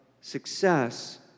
success